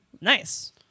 nice